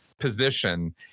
position